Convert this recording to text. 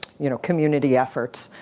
you know community efforts.